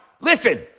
Listen